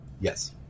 Yes